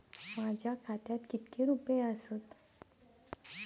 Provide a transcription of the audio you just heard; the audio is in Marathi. माझ्या खात्यात कितके रुपये आसत?